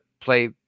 play